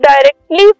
directly